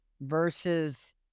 versus